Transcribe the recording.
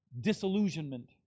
disillusionment